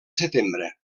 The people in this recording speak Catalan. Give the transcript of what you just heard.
setembre